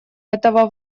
этого